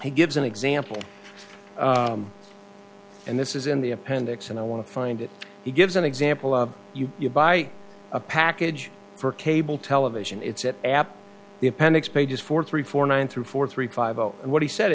he gives an example and this is in the appendix and i want to find it he gives an example of you buy a package for cable television it's it at the appendix pages for three four nine through four three five zero and what he said